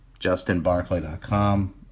justinbarclay.com